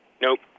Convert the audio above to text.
Nope